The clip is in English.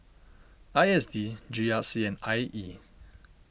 I S D G R C and I E